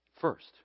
first